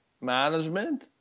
management